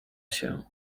się